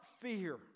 fear